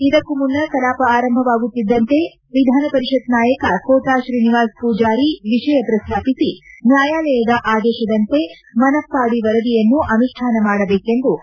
ಇದಕ್ಕೂ ಮುನ್ನ ಕಲಾಪ ಆರಂಭವಾಗುತ್ತಿದ್ದಂತೆ ವಿಧಾನಪರಿಷತ್ ನಾಯಕ ಕೋಟಾ ಶ್ರೀನಿವಾಸ್ ಮೂಜಾರಿ ವಿಷಯ ಪ್ರಸ್ತಾಪಿಸಿ ನ್ಯಾಯಾಲಯದ ಆದೇಶದಂತೆ ಮನಪ್ಪಾಡಿ ವರದಿಯನ್ನು ಅನುಷ್ಠಾನ ಮಾಡಬೇಕೆಂದು ಸರ್ಕಾರದ ಮೇಲೆ ಒತ್ತಡ ಹಾಕಿದರು